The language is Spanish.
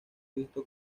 visto